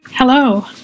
Hello